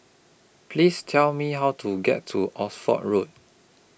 Please Tell Me How to get to Oxford Road